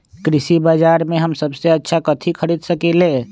कृषि बाजर में हम सबसे अच्छा कथि खरीद सकींले?